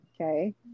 okay